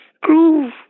groove